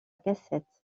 cassette